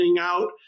out